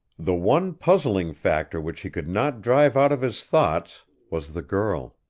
the one puzzling factor which he could not drive out of his thoughts was the girl.